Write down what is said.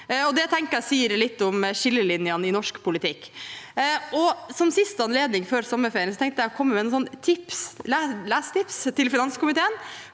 jeg sier litt om skillelinjene i norsk politikk. Ved denne siste anledningen før sommerferien tenkte jeg å komme med et lesetips til finanskomiteen.